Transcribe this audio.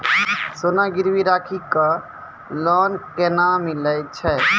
सोना गिरवी राखी कऽ लोन केना मिलै छै?